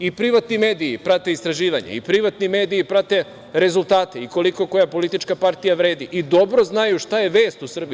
I privatni mediji prate istraživanje, i privatni mediji prate rezultate i koliko koja politička partija vredi i dobro znaju šta je vest u Srbiji.